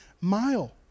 mile